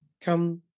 come